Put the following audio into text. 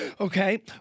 okay